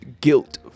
guilt